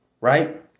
right